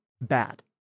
bad